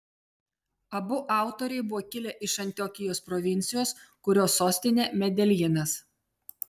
abu autoriai buvo kilę iš antiokijos provincijos kurios sostinė medeljinas